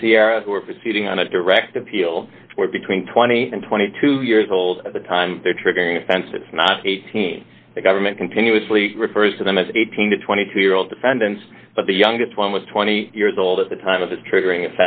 and sierra were proceeding on a direct appeal were between twenty and twenty two years old at the time their triggering offense is not eighteen the government continuously refers to them as eighteen to twenty two year old defendants but the youngest one was twenty years old at the time of the triggering